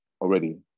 already